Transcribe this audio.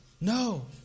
No